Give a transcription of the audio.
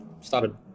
started